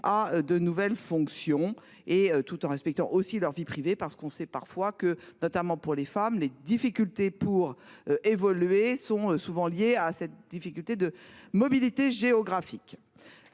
de nouvelles fonctions et tout en respectant aussi leur vie privée parce qu'on sait parfois que notamment pour les femmes, les difficultés pour évoluer sont souvent liées à à cette difficulté de mobilité géographique.